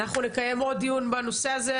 אנחנו נקיים עוד דיון בנושא הזה,